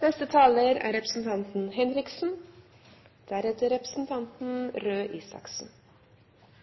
Jeg vil først henvise til de innleggene som er